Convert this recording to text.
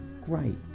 Great